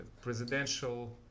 presidential